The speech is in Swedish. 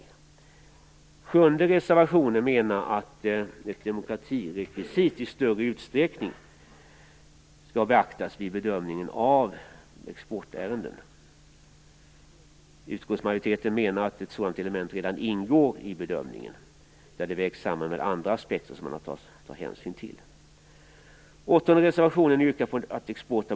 I den sjunde reservationen menar man att ett demokratirekvisit i större utsträckning skall beaktas vid bedömningen av krigsmaterielexportärenden. Utskottsmajoriteten menar att ett sådant element redan ingår i bedömningen, där det vägs samman med andra aspekter som man har att ta hänsyn till.